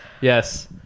yes